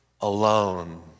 alone